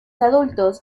adultos